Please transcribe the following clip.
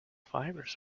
fibers